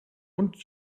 und